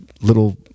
little